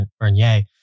Bernier